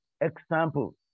example